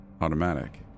automatic